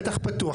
בטח פתוח.